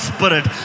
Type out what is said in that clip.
Spirit